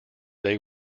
they